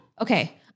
Okay